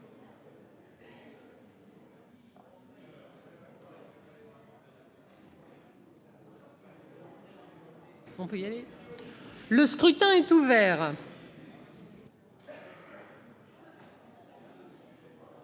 Le scrutin est ouvert.